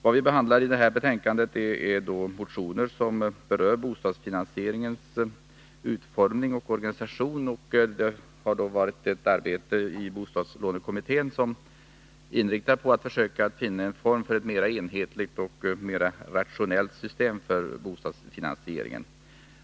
Vad vi behandlar i det här utskottsbetänkandet är motioner som rör bostadsfinansieringens utformning och organisation. Det har pågått ett arbete inom bostadslånekommittén som varit inriktat på att finna en form för ett mer enhetligt och rationellt system för bostadsfinansieringen.